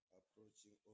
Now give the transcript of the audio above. approaching